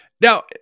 Now